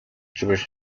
jewish